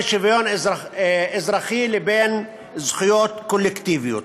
שוויון אזרחי לבין זכויות קולקטיביות.